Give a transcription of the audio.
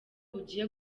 bugiye